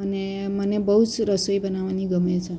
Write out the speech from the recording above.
અને મને બહુ જ રસોઈ બનાવવાની ગમે છે